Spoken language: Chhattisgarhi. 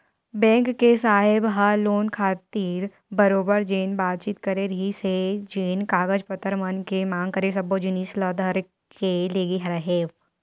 बेंक के साहेब ह लोन खातिर बरोबर जेन बातचीत करे रिहिस हे जेन कागज पतर मन के मांग करे सब्बो जिनिस ल धर के लेगे रेहेंव